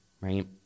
right